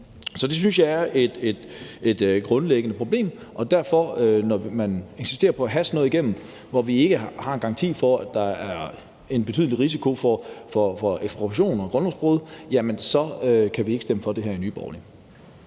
Det synes jeg er et grundlæggende problem, og derfor – når man insisterer på at haste sådan noget igennem, hvor vi ikke har en garanti og der er en betydelig risiko for ekspropriation og grundlovsbrud – kan vi ikke stemme for det i Nye Borgerlige.